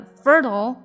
fertile